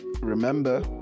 remember